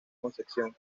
concepción